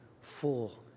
full